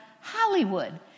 Hollywood